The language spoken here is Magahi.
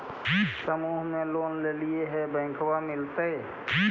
समुह मे लोनवा लेलिऐ है बैंकवा मिलतै?